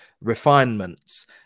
refinements